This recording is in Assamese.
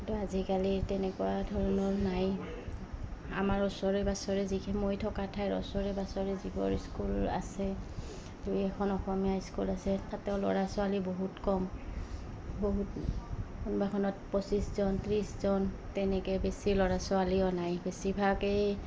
কিন্তু আজিকালি তেনেকুৱা ধৰণৰ নাই আমাৰ ওচৰে পাঁজৰে যিখিন মই থকা ঠাইৰ ওচৰে পাঁজৰ যিবোৰ স্কুল আছে দুই এখন অসমীয়া স্কুল আছে তাতেও ল'ৰা ছোৱালী বহুত কম বহুত কোনোবাখনত পঁচিছজন ত্ৰিছজন তেনেকৈ বেছি ল'ৰা ছোৱালীও নাই বেছিভাগেই